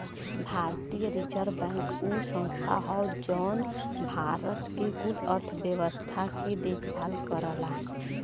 भारतीय reserve bank उ संस्था हौ जौन भारत के कुल अर्थव्यवस्था के देखभाल करला